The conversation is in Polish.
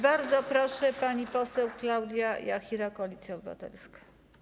Bardzo proszę, pani poseł Klaudia Jachira, Koalicja Obywatelska.